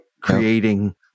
creating